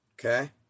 okay